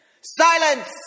silence